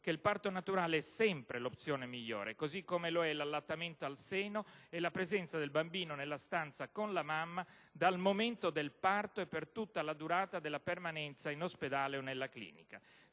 che il parto naturale è sempre l'opzione migliore, così come lo è l'allattamento al seno e la presenza del bambino nella stanza con la mamma dal momento del parto e per tutta la durata della permanenza in ospedale o nella clinica.